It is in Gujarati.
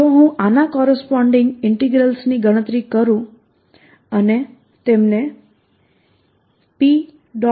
જો હું આના કોરસપોન્ડીંગ ઇન્ટિગ્રલ્સની ગણતરી કરું અને તેમને p